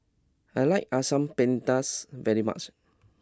I like Asam Pedas very much